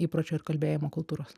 įpročio ir kalbėjimo kultūros